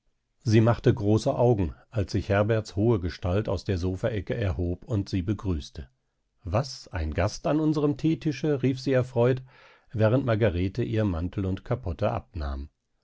sie machte große augen als sich herberts hohe gestalt aus der sofaecke erhob und sie begrüßte was ein gast an unserem theetische rief sie erfreut während margarete ihr mantel und kapotte abnahm